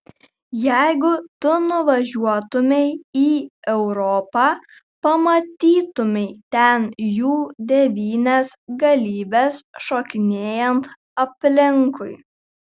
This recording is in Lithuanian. jeigu tu nuvažiuotumei į europą pamatytumei ten jų devynias galybes šokinėjant aplinkui